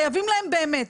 חייבים להם באמת.